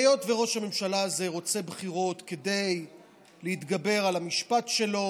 והיות שראש הממשלה הזה רוצה בחירות כדי להתגבר על המשפט שלו